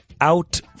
out